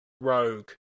rogue